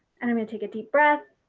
and i'm gonna take a deep breath.